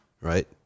right